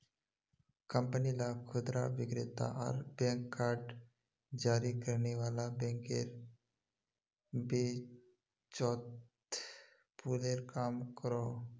company ला खुदरा विक्रेता आर बैंक कार्ड जारी करने वाला बैंकेर बीचोत पूलेर काम करोहो